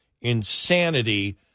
insanity